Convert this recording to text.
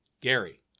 Gary